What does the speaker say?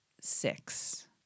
six